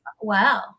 Wow